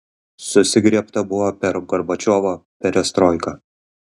susigriebta buvo per gorbačiovo perestroiką